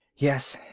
yes.